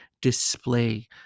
display